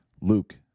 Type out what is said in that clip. Luke